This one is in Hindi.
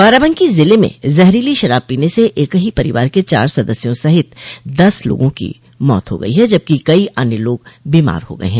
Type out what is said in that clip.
बाराबंकी ज़िले में जहरीली शराब पीने से एक ही परिवार के चार सदस्यों सहित दस लोगों की मौत हो गई है जबकि कई अन्य लोग बीमार हो गये हैं